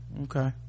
okay